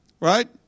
right